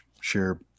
share